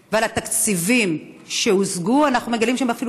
2018. אני מתכבד לפתוח את ישיבת הכנסת.